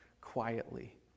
quietly